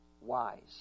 wise